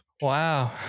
Wow